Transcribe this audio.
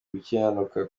gukiranuka